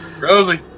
Rosie